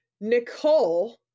nicole